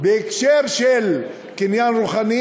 בהקשר של קניין רוחני